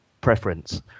preference